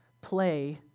play